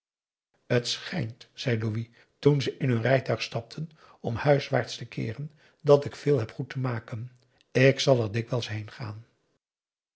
het schijnt zei louis toen ze in hun rijtuig stapten om huiswaarts te keeren dat ik veel heb goed te maken ik zal er dikwijls heengaan